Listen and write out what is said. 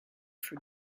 for